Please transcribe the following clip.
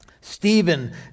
Stephen